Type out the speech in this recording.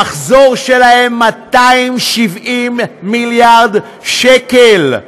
המחזור שלהן, 270 מיליארד שקל.